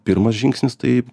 pirmas žingsnis tai